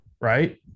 right